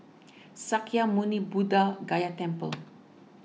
Sakya Muni Buddha Gaya Temple